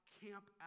camp